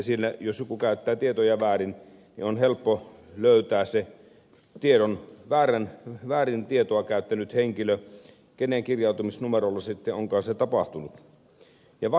jos joku käyttää tietoja väärin on helppo löytää se väärin tietoja käyttänyt henkilö kun selvitetään kenen kirjautumisnumerolla sitten onkaan se tapahtunut